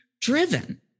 driven